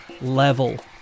level